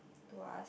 Tuas